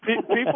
people